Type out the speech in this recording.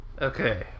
Okay